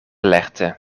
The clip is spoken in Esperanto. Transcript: lerte